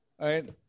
right